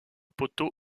poteau